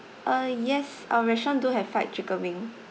uh yes our restaurant do have fried chicken wing